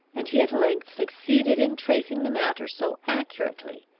and he at length succeeded in tracing the matter so accurately,